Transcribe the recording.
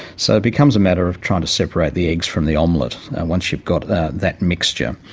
so it becomes a matter of trying to separate the eggs from the omelette once you've got that that mixture.